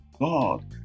god